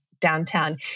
downtown